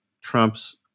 trump's